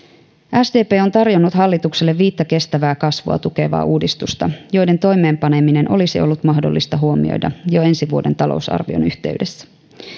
sdp on tarjonnut hallitukselle viittä kestävää kasvua tukevaa uudistusta joiden toimeenpaneminen olisi ollut mahdollista huomioida jo ensi vuoden talousarvion yhteydessä